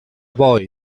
voy